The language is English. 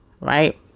right